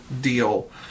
deal